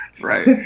Right